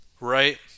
right